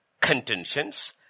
contentions